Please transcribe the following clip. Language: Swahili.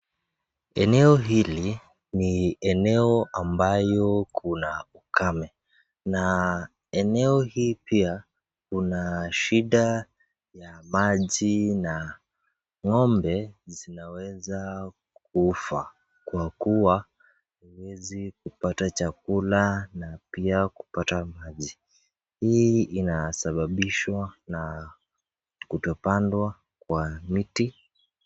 Eneo hili ni eneo ambayo kuna ukame na eneo hii pia kuna shida ya maji na ng'ombe zinaweza kufa kwa kuwa haziwezi kupata chakula na pia kupata maji, hii inasababishwa na kutopandwa kwa miti.